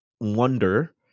wonder